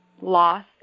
loss